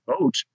vote